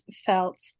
felt